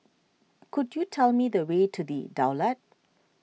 could you tell me the way to the Daulat